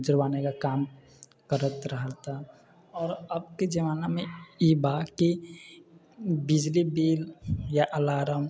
जुड़बाने का काम करत रहलऽ तऽ आओर अबके जमानामे ई बा कि बिजली बिल या अलार्म